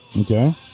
Okay